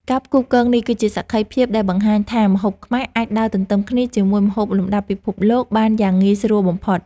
ការផ្គូផ្គងនេះគឺជាសក្ខីភាពដែលបង្ហាញថាម្ហូបខ្មែរអាចដើរទន្ទឹមគ្នាជាមួយម្ហូបលំដាប់ពិភពលោកបានយ៉ាងងាយស្រួលបំផុត។